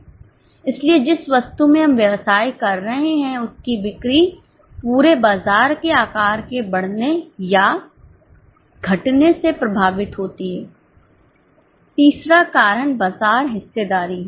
इसलिए जिस वस्तु में हम व्यवसाय कर रहे हैं उसकी बिक्री पूरे बाजार के आकार के बढ़ने या घटने से प्रभावित होती है तीसरा कारण बाजार हिस्सेदारी है